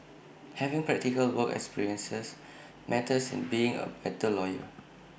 having practical work experiences matters in being A better lawyer